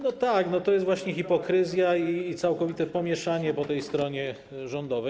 No tak, no to jest właśnie hipokryzja i całkowite pomieszanie po tej stronie rządowej.